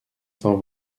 cent